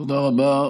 תודה רבה.